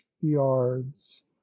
yards